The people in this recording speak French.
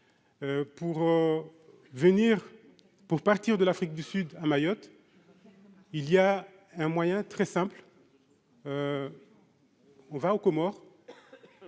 pour partir de l'Afrique du Sud à Mayotte, il y a un moyen très simple, on va aux Comores